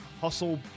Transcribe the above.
hustle